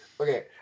Okay